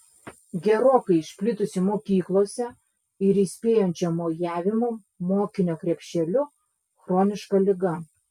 gerokai išplitusi mokyklose ir įspėjančio mojavimo mokinio krepšeliu chroniška liga